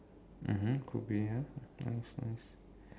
mmhmm could be ya nice nice